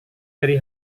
dari